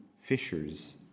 fishers